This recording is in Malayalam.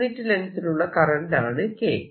യൂണിറ്റ് ലെങ്ങ്തിലുള്ള കറന്റ് ആണ് K